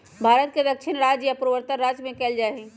भारत के दक्षिणी राज्य आ पूर्वोत्तर राज्य में कएल जाइ छइ